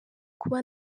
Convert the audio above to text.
kuba